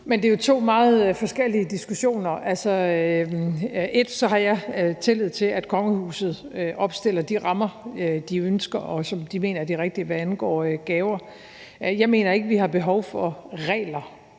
meget forskellige diskussioner. Jeg har tillid til, at kongehuset opstiller de rammer, de ønsker, og som de mener er de rigtige, hvad angår gaver, og jeg mener ikke, at vi har behov for regler